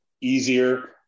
easier